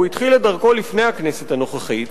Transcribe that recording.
והוא התחיל את דרכו לפני הכנסת הנוכחית,